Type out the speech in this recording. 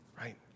right